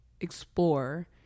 explore